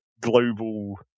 global